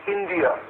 India